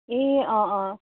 ए अँ अँ